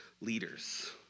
leaders